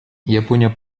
япония